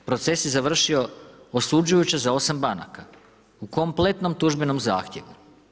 Proces je završio osuđujuće za 8 banaka u kompletnom tužbenom zahtjevu.